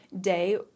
day